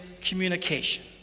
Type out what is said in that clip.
communication